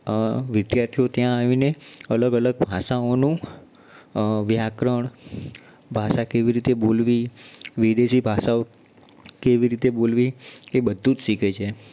વિધાર્થીઓ ત્યાં આવીને અલગ અલગ ભાષાઓનું વ્યાકરણ ભાષા કેવી રીતે બોલવી વિદેશી ભાષાઓ કેવી રીતે બોલવી એ બધું જ શીખે છે